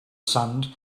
sand